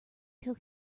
till